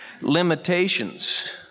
limitations